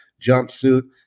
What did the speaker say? jumpsuit